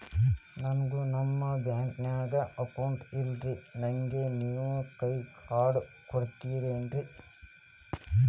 ನನ್ಗ ನಮ್ ಬ್ಯಾಂಕಿನ್ಯಾಗ ಅಕೌಂಟ್ ಇಲ್ರಿ, ನನ್ಗೆ ನೇವ್ ಕೈಯ ಕಾರ್ಡ್ ಕೊಡ್ತಿರೇನ್ರಿ?